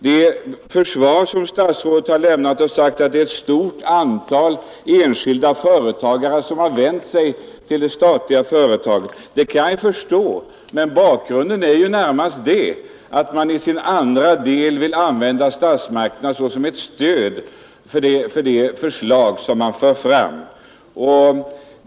Det försvar som statsrådet har presterat, att ett stort antal enskilda företagare har vänt sig till det statliga företaget, kan jag förstå, men bakgrunden är närmast att man vill använda statsmakterna såsom ett stöd för de förslag man för fram.